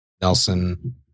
Nelson